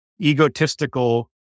egotistical